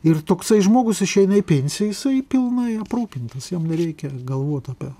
ir toksai žmogus išeina į pensiją jisai pilnai aprūpintas jam nereikia galvot apie